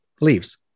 Leaves